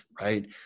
right